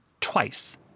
twice